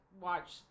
watch